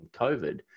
COVID